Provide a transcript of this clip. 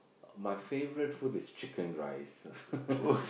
my favourite food is chicken rice